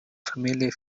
familiar